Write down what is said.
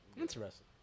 Interesting